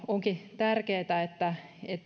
onkin tärkeätä että